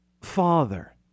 Father